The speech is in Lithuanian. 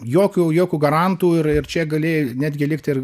jokių jokių garantų ir ir čia gali netgi likt ir